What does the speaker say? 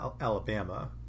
Alabama